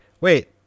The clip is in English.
wait